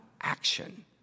action